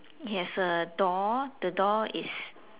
it has a door the door is